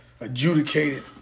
adjudicated